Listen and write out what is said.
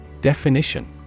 Definition